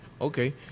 okay